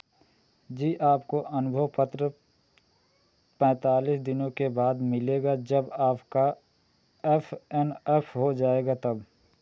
जी आपको अनुभव पत्र पैंतालीस दिनों के बाद मिलेगा जब आपका एफ एन एफ हो जाएगा तब